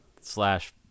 slash